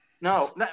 No